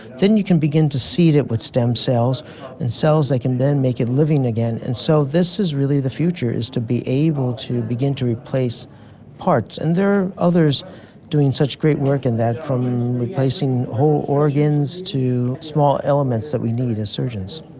then you can begin to see that with stem cells and cells that can then make it living again. and so this is really the future, is to be able to begin to replace parts. and there are others doing such great work in that, from replacing whole organs to smaller elements that we need as surgeons.